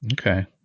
Okay